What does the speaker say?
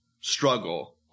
struggle